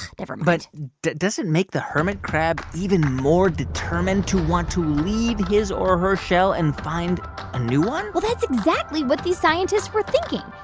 but does it make the hermit crab even more determined to want to leave his or her shell and find a new one? well, that's exactly what these scientists were thinking.